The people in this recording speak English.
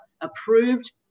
approved